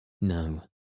No